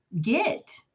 get